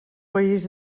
país